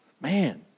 Man